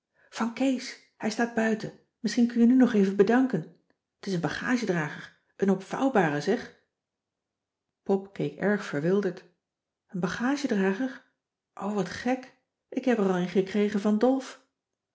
van kees hij staat buiten misschien kun je nu nog even bedanken t is een bagagedrager n opvouwbare zeg pop keek erg verwilderd n bagagedrager o wat gek k heb er al een gekregen van dolf